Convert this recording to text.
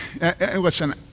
Listen